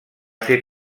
ser